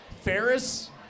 Ferris